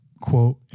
quote